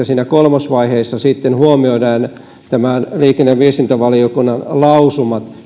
siinä kolmosvaiheessa sitten huomioidaan liikenne ja viestintävaliokunnan lausumat